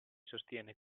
sostiene